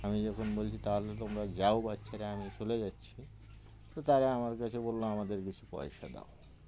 আমি যখন বলছি তাহলে তোমরা যাও বাচ্চারা আমি চলে যাচ্ছি তো তারা আমার কাছে বললো আমাদের বেশু পয়সা দাও